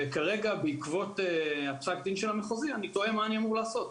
כרגע בעקבות פסק הדין של המחוזי אני תוהה מה אני אמור לעשות.